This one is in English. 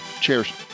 Cheers